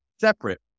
separate